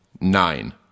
Nine